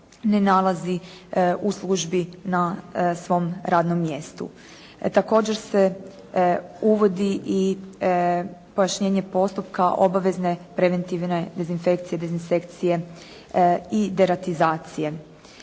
ne nalazi u službi na svom radnom mjestu. Također se uvodi i pojašnjenje postupka obavezne preventivne dezinfekcije, dezinsekcije i deratizacije.